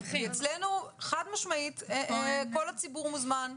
אלינו חד משמעית כל הציבור מוזמן.